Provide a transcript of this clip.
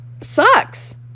sucks